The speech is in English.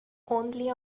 only